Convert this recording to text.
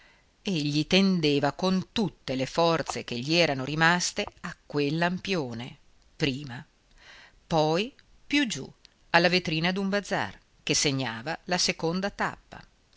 cure egli tendeva con tutte le forze che gli erano rimaste a quel lampione prima poi più giù alla vetrina d'un bazar che segnava la seconda tappa